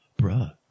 bruh